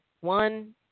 One